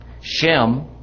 Shem